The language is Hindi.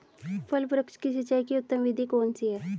फल वृक्ष की सिंचाई की उत्तम विधि कौन सी है?